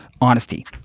honesty